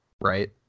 right